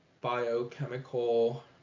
biochemical